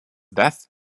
death